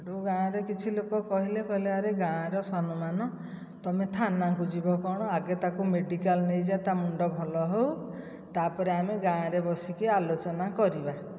ସେଇଠୁ ଗାଁରେ କିଛି ଲୋକ କହିଲେ କହିଲେ ଆର ଗାଁର ସମ୍ମାନ ତୁମେ ଥାନାକୁ ଯିବ କ'ଣ ଆଗେ ତାକୁ ମେଡ଼ିକାଲ ନେଇଯା ତା' ମୁଣ୍ଡ ଭଲ ହେଉ ତାପରେ ଆମେ ଗାଁରେ ବସିକି ଆଲୋଚନା କରିବା